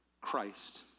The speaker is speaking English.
Christ